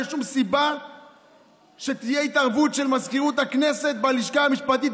אין שום סיבה שתהיה התערבות של מזכירות הכנסת בלשכה המשפטית,